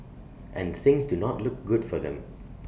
and things do not look good for them